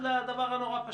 זה גם בעניין מאוד פשוט.